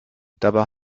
dabei